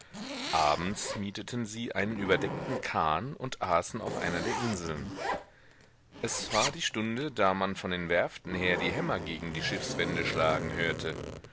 abends mieteten sie einen überdeckten kahn und aßen auf einer der inseln es war die stunde da man von den werften her die hämmer gegen die schiffswände schlagen hörte